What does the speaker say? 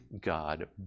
God